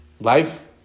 Life